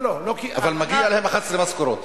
אלא מגיע להם 11 משכורות.